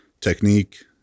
technique